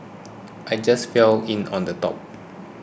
I just fell in on the top